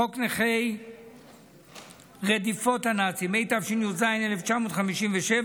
חוק נכי רדיפות הנאצים, התשי"ז 1957,